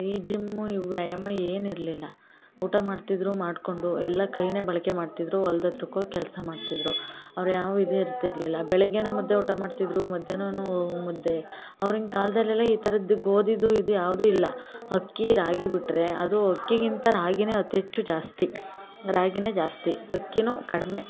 ಈ ಜಿಮ್ಮು ಈ ವ್ಯಾಯಾಮ ಏನೂ ಇರಲಿಲ್ಲ ಊಟ ಮಾಡ್ತಿದ್ದರು ಮಾಡಿಕೊಂಡು ಎಲ್ಲ ಕೈನೇ ಬಳಕೆ ಮಾಡ್ತಿದ್ದರು ಹೊಲ್ದ್ ಹತ್ರಕ್ ಹೋಗ್ ಕೆಲಸ ಮಾಡ್ತಿದ್ದರು ಅವ್ರು ಯಾವ ಇದು ಇರ್ತಿರಲಿಲ್ಲ ಬೆಳಗ್ಗೆಯೂ ಮುದ್ದೆ ಊಟ ಮಾಡ್ತಿದ್ದರು ಮಧ್ಯಾಹ್ನನೂ ಮುದ್ದೆ ಅವ್ರಿನ ಕಾಲದಲ್ಲೆಲ್ಲ ಈ ಥರದ್ದು ಗೋಧಿದು ಇದು ಯಾವುದೂ ಇಲ್ಲ ಅಕ್ಕಿ ರಾಗಿ ಬಿಟ್ಟರೆ ಅದೂ ಅಕ್ಕಿಗಿಂತ ರಾಗಿಯೇ ಅತಿ ಹೆಚ್ಚು ಜಾಸ್ತಿ ರಾಗಿಯೇ ಜಾಸ್ತಿ ಅಕ್ಕಿಯೂ ಕಡಿಮೆ